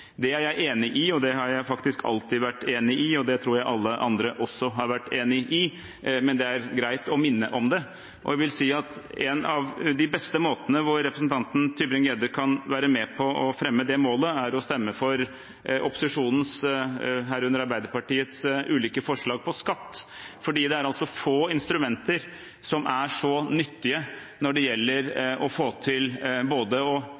Det er jeg enig i, det har jeg faktisk alltid vært enig i. Det tror jeg alle andre også har vært enig i, men det er greit å minne om det. Jeg vil si at en av de beste måtene representanten Tybring-Gjedde kan være med på å fremme det målet, er å stemme for opposisjonens, herunder Arbeiderpartiets, ulike forslag på skatt. Det er fordi det er få instrumenter som er så nyttige når det gjelder